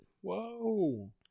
Whoa